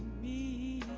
the